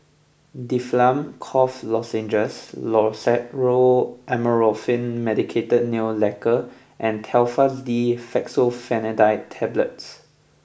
Difflam Cough Lozenges Loceryl Amorolfine Medicated Nail Lacquer and Telfast D Fexofenadine Tablets